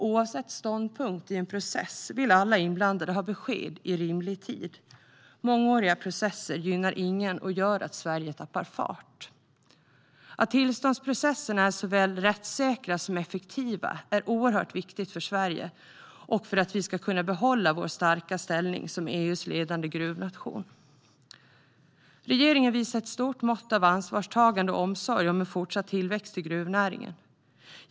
Oavsett ståndpunkt i en process vill alla inblandade ha besked i rimlig tid. Mångåriga processer gynnar inte någon och leder till att Sverige tappar fart. Att tillståndsprocesserna är såväl rättssäkra som effektiva är oerhört viktigt för Sverige och för att vi ska kunna behålla vår starka ställning som EU:s ledande gruvnation. Regeringen visar ett stort mått av ansvarstagande och omsorg om en fortsatt tillväxt i gruvnäringen.